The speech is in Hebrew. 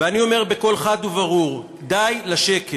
ואני אומר בקול חד וברור: די לשקר.